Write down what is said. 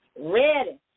ready